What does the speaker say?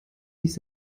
ließ